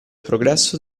progresso